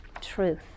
truth